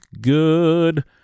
good